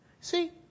See